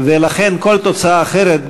ולכן כל תוצאה אחרת,